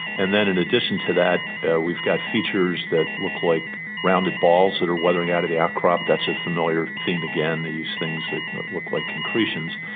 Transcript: and then in addition to that we've got features that look like rounded balls that are weathering out of the outcrop, that's a familiar theme again, these things that look like concretions.